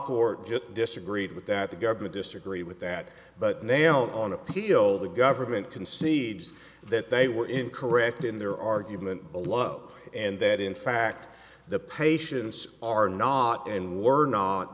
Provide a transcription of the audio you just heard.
court judge disagreed with that the government disagree with that but now on appeal the government concedes that they were in correct in their argument below and that in fact the patients are not and were not